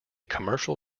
commercial